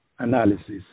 analysis